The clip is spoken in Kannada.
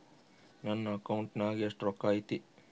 ನನ್ನ ಅಕೌಂಟ್ ನಾಗ ಎಷ್ಟು ರೊಕ್ಕ ಐತಿ?